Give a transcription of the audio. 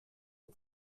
aux